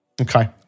Okay